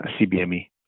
CBME